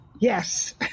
Yes